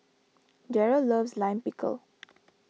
Darrel loves Lime Pickle